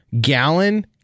Gallon